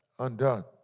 Undone